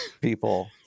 people